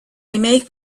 make